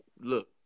Look